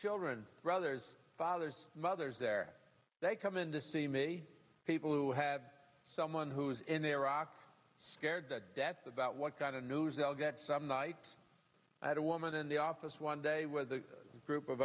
children brothers fathers mothers there they come in to see maybe people who have someone who is in iraq scared to death about what kind of news they'll get some nights i do woman in the office one day with a group of